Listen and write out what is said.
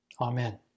amen